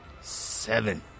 Seven